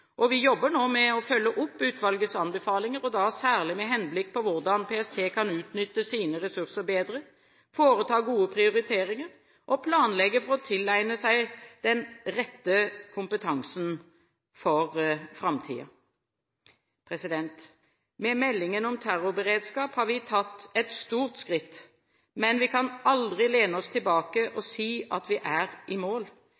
PST. Vi jobber nå med å følge opp utvalgets anbefalinger, særlig med henblikk på hvordan PST kan utnytte sine ressurser bedre, foreta gode prioriteringer og planlegge for å tilegne seg den rette kompetansen for framtiden. Med meldingen om terrorberedskap har vi tatt et stort skritt. Men vi kan aldri lene oss tilbake